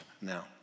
now